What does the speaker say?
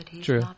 true